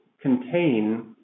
contain